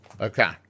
Okay